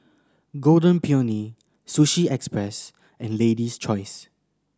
Golden Peony Sushi Express and Lady's Choice